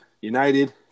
United